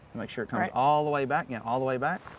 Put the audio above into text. make sure it comes all the way back, yeah all the way back.